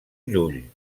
llull